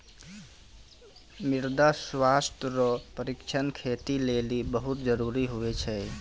मृदा स्वास्थ्य रो परीक्षण खेती लेली बहुत जरूरी हुवै छै